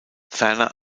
ferner